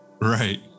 Right